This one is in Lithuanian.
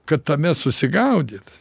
kad tame susigaudyt